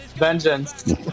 Vengeance